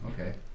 okay